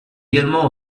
également